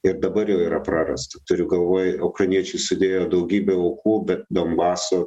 ir dabar jau yra prarasta turiu galvoj ukrainiečiai sudėjo daugybę aukų bet donbaso